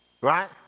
Right